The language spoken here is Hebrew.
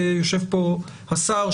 יושב פה השר,